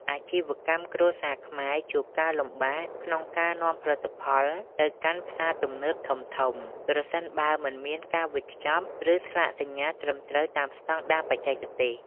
អាជីវកម្មគ្រួសារខ្មែរជួបការលំបាកក្នុងការនាំផលិតផលទៅកាន់ផ្សារទំនើបធំៗ ប្រសិនបើមិនមានការវេចខ្ចប់ និងស្លាកសញ្ញាត្រឹមត្រូវតាមស្ដង់ដារបច្ចេកទេស។